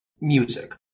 music